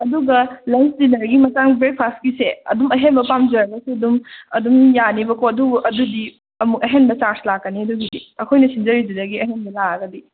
ꯑꯗꯨꯒ ꯂꯟꯆ ꯗꯤꯟꯅꯔꯒꯤ ꯃꯇꯥꯡ ꯕ꯭ꯔꯦꯛ ꯐꯥꯁꯀꯤꯁꯦ ꯑꯗꯨꯝ ꯑꯍꯦꯟꯕ ꯄꯥꯝꯖꯔꯒꯁꯨ ꯑꯗꯨꯝ ꯑꯗꯨꯝ ꯌꯥꯅꯤꯕꯀꯣ ꯑꯗꯨꯕꯨ ꯑꯗꯨꯗꯤ ꯑꯃꯨꯛ ꯑꯍꯦꯟꯕ ꯆꯥꯔꯖ ꯂꯥꯛꯀꯅꯤ ꯑꯗꯨꯒꯤꯗꯤ ꯑꯩꯈꯣꯏꯅ ꯁꯤꯟꯖꯔꯤꯗꯨꯗꯒꯤ ꯑꯍꯦꯟꯕ ꯂꯥꯛꯑꯒꯗꯤ